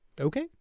Okay